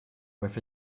with